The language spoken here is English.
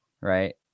right